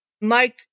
Mike